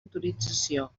autorització